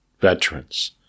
veterans